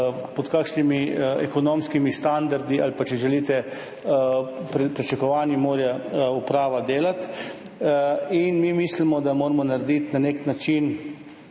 pod katerimi ekonomskimi standardi, ali če želite, pričakovanji mora uprava delati. Mi mislimo, da moramo narediti nov zakon